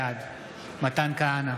בעד מתן כהנא,